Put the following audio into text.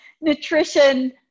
nutrition